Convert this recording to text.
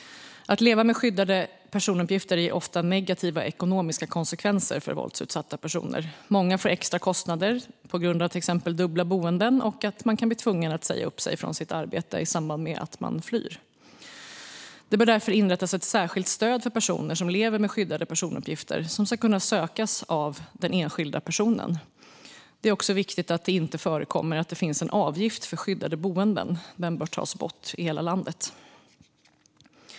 Att leva med skyddade personuppgifter ger ofta negativa ekonomiska konsekvenser för våldsutsatta personer. Många får extra kostnader på grund av till exempel dubbla boenden och att de kan bli tvungna att säga upp sig från sitt arbete i samband med att de flyr. Det bör därför inrättas ett särskilt stöd för personer som lever med skyddade personuppgifter som ska kunna sökas av den enskilda personen. Det är också viktigt att det inte förekommer att man tar ut avgift för skyddat boende. Den avgiften bör tas bort i hela landet.